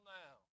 now